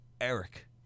Eric